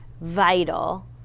vital